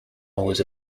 was